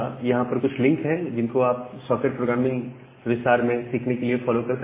यहां पर कुछ लिंक है जिनको आप सॉकेट प्रोग्रामिंग विस्तार में सीखने के लिए फॉलो कर सकते हैं